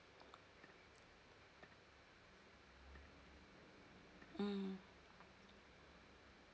um